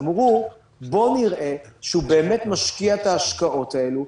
אמרו: בואו נראה שהוא באמת משקיע את ההשקעות האלו,